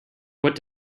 what